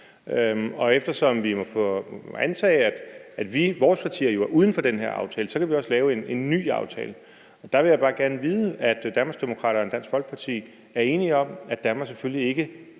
og eftersom vi må antage, at vores partier, der jo er uden for den her aftale, også kan lave en ny aftale. Der vil jeg bare gerne vide, om Danmarksdemokraterne og Dansk Folkeparti er enige om, at Danmark selvfølgelig ikke